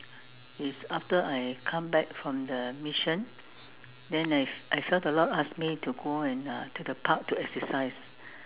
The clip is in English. it's after I come back from the mission then I I felt the Lord asked me to go and uh to the park to exercise